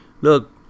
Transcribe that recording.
look